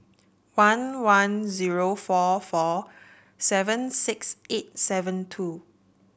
one one zero four four seven six eight seven two